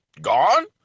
gone